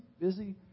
busy